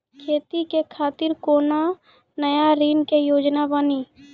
खेती के खातिर कोनो नया ऋण के योजना बानी?